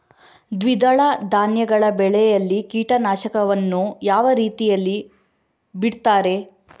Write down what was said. ದ್ವಿದಳ ಧಾನ್ಯಗಳ ಬೆಳೆಯಲ್ಲಿ ಕೀಟನಾಶಕವನ್ನು ಯಾವ ರೀತಿಯಲ್ಲಿ ಬಿಡ್ತಾರೆ?